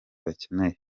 bakeneye